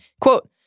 Quote